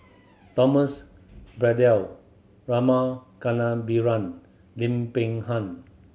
Thomas Braddell Rama Kannabiran Lim Peng Han